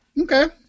okay